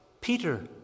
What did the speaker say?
Peter